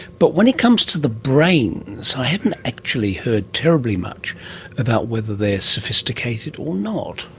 but when it comes to the brains, i haven't actually heard terribly much about whether they are sophisticated or not.